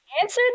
answer